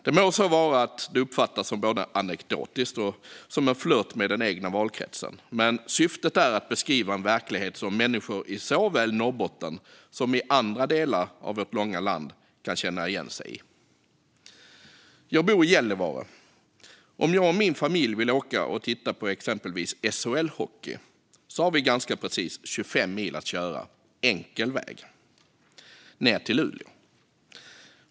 Det må vara att det uppfattas som både anekdotiskt och en flört med den egna valkretsen, men syftet är att beskriva en verklighet som människor i såväl Norrbotten som andra delar av vårt långa land kan känna igen sig i. Jag bor i Gällivare. Om jag och min familj vill åka och titta på exempelvis SHL-hockey har vi ganska precis 25 mil enkel väg att köra ned till Luleå.